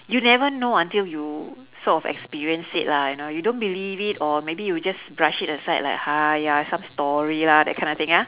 you never know until you sort of experience it lah you know you don't believe it or maybe you just brush it aside like !aiya! some story lah that kind of thing ya